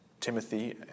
Timothy